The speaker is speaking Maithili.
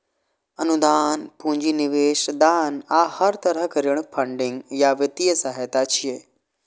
अनुदान, पूंजी निवेश, दान आ हर तरहक ऋण फंडिंग या वित्तीय सहायता छियै